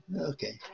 Okay